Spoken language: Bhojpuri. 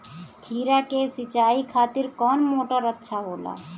खीरा के सिचाई खातिर कौन मोटर अच्छा होला?